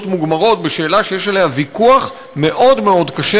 מוגמרות בשאלה שיש עליה ויכוח מאוד מאוד קשה,